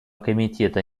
комитета